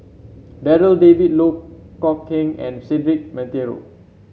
Darryl David Loh Kok Heng and Cedric Monteiro